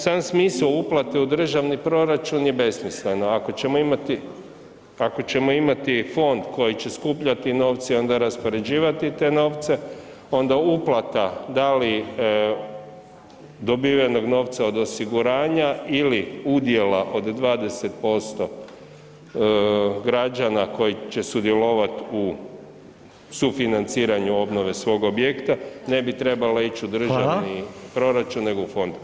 Sam smisao uplate u državni proračun je besmisleno, ako ćemo imati fond koji će skupljati novce i onda raspoređivati te novce onda uplata da li dobivenog novca od osiguranja ili udjela od 20% građana koji će sudjelovat u sufinanciranju obnove svog objekta, ne bi trebala ići u državni proračun nego u fond.